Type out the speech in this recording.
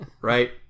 right